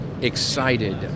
excited